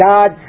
God